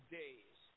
days